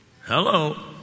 Hello